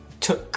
took